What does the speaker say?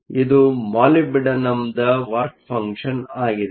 ಇದು ಮಾಲಿಬ್ಡಿನಮ್ನ work function function ಆಗಿದೆ